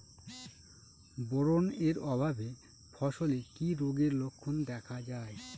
Boron এর অভাবে ফসলে কি রোগের লক্ষণ দেখা যায়?